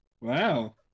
Wow